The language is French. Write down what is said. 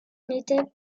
n’était